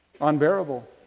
unbearable